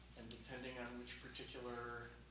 and depending on which particular